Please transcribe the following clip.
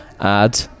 add